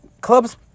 clubs